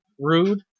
Rude